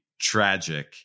tragic